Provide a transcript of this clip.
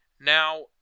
Now